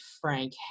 Frank